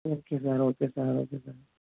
okay sir okay sir okay sir